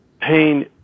pain